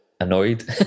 annoyed